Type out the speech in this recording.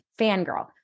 fangirl